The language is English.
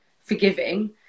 forgiving